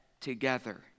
together